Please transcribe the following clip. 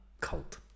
cult